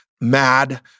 MAD